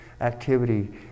activity